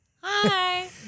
Hi